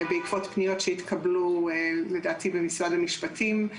בעקבות פניות שהתקבלו לדעתי במשרד המשפטים,